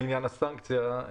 בעניין הסנקציה,